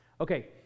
Okay